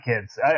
kids